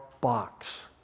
box